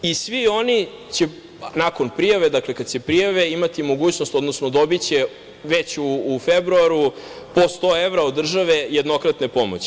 I svi oni će nakon prijave, dakle kad se prijave, imati mogućnost, odnosno dobiće već u februaru po 100 evra od države jednokratne pomoći.